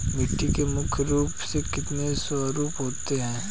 मिट्टी के मुख्य रूप से कितने स्वरूप होते हैं?